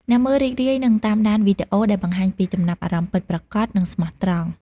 អ្នកមើលរីករាយនឹងតាមដានវីដេអូដែលបង្ហាញពីចំណាប់អារម្មណ៍ពិតប្រាកដ និងស្មោះត្រង់។